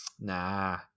Nah